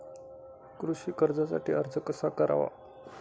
कृषी कर्जासाठी अर्ज कसा करावा?